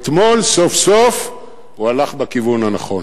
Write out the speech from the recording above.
אתמול סוף-סוף הוא הלך בכיוון הנכון